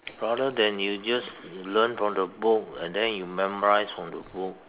rather than you just learn from the book and then you memorize from the book